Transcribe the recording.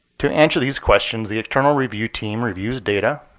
to answer these questions, the external review team reviews data,